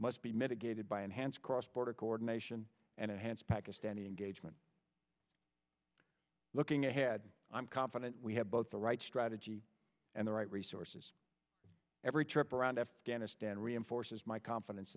must be mitigated by enhanced cross border coordination and enhance pakistani engagement looking ahead i'm confident we have both the right strategy and the right resources every trip around afghanistan reinforces my confidence